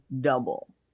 double